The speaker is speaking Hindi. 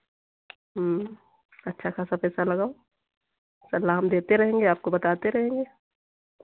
अच्छा खासा पैसा लगाओ सलाह हम देते रहेंगे आपको बताते रहेंगे